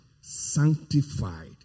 sanctified